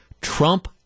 Trump